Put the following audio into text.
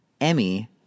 Emmy